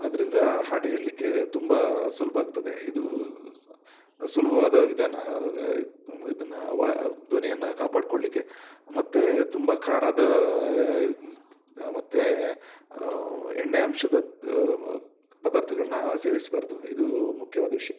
ಅದರಿಂದ ಹಾಡು ಹೇಳಲಿಕ್ಕೆ ತುಂಬ ಸುಲಭ ಆಗ್ತದೆ ಇದು ಸುಲಭವಾದ ವಿಧಾನ ಇದನ್ನು ವಾ ಧ್ವನಿಯನ್ನು ಕಾಪಾಡಿಕೊಳ್ಳಿಕೆ ಮತ್ತೆ ತುಂಬ ಖಾರದ ಇದು ಮತ್ತೆ ಎಣ್ಣೆ ಅಂಶದ ಪದಾರ್ಥಗಳನ್ನ ಸೇವಿಸಬಾರ್ದು ಇದು ಮುಖ್ಯವಾದ ವಿಷಯ